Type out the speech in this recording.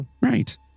Right